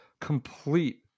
complete